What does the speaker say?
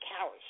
coward